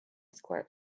squirt